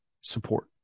support